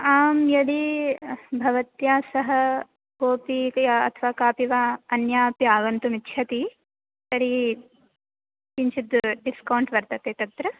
आं यदी भवत्या सह कोऽपि इति अथवा कापि वा अन्यापि आगन्तुमिच्छति तर्हि किञ्चित् डिस्कौन्ट् वर्तते तत्र